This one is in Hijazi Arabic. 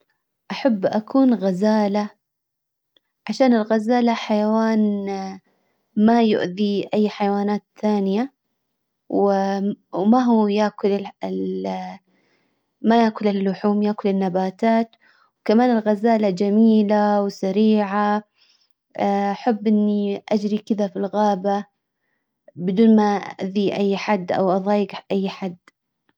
احب اكون غزالة عشان الغزالة حيوان ما يؤذي اي حيوانات ثانية وما هو ياكل ما ياكل اللحوم ياكل النباتات وكمان الغزالة جميلة وسريعة احب اني اجري كدا في الغابة. بدون ما اأذي اي احد او اظايق اي حد.